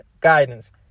guidance